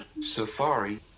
Safari